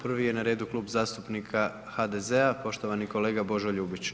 Prvi je na redu Klub zastupnika HDZ-a poštovani kolega Božo Ljubić.